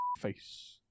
face